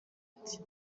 ati